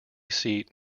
seat